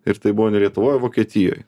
ir tai buvo ne lietuvoj o vokietijoj